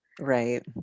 Right